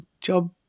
job